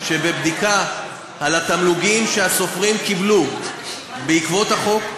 שבבדיקה של התמלוגים שהסופרים קיבלו בעקבות החוק,